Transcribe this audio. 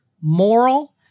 moral